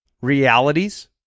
realities